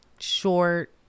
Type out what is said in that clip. short